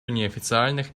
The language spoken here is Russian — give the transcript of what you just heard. неофициальных